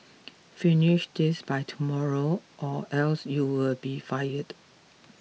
finish this by tomorrow or else you will be fired